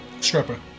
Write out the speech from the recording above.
Stripper